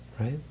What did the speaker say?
right